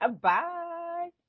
Bye